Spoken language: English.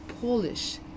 Polish